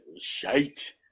Shite